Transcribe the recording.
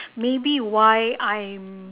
maybe why I'm